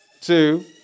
Two